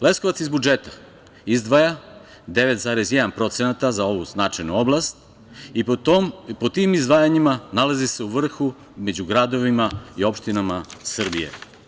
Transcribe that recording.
Leskovac iz budžeta izdvaja 9,1% za ovu značajnu oblast i pod tim izdvajanjima nalazi se u vrhu među gradovima i opštinama Srbije.